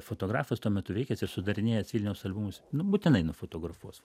fotografas tuo metu veikęs ir sudarinėjęs vilniaus albumus būtinai nufotografuos